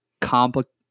complicated